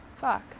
fuck